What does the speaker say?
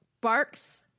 barks